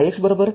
तर ix ३